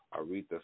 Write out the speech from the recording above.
Aretha